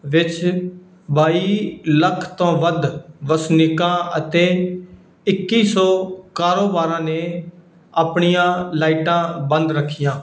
ਵਿੱਚ ਬਾਈ ਲੱਖ ਤੋਂ ਵੱਧ ਵਸਨੀਕਾਂ ਅਤੇ ਇੱਕੀ ਸੌ ਕਾਰੋਬਾਰਾਂ ਨੇ ਆਪਣੀਆਂ ਲਾਈਟਾਂ ਬੰਦ ਰੱਖੀਆਂ